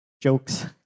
jokes